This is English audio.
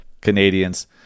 Canadians